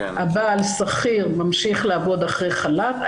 הבעל שכיר ממשיך לעבוד אחרי חל"ת,